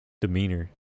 demeanor